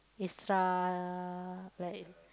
extra like